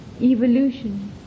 evolution